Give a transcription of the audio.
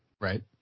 Right